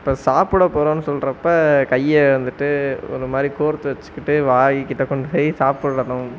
இப்போ சாப்பிட போகிறோம்னு சொல்கிறப்ப கையை வந்துட்டு ஒரு மாதிரி கோர்த்து வச்சுக்கிட்டு வாய்கிட்டே கொண்டு போய் சாப்பிடணும்